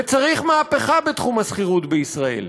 וצריך מהפכה בתחום השכירות בישראל.